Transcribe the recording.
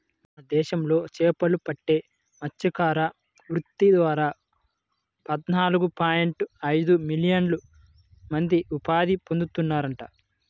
మన దేశంలో చేపలు పట్టే మత్స్యకార వృత్తి ద్వారా పద్నాలుగు పాయింట్ ఐదు మిలియన్ల మంది ఉపాధి పొందుతున్నారంట